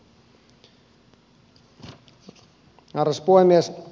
arvoisa puhemies